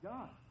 God